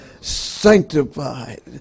Sanctified